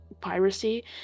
piracy